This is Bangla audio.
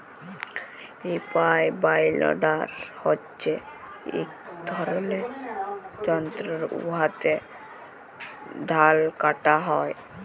রিপার বাইলডার হছে ইক ধরলের যল্তর উয়াতে ধাল কাটা হ্যয়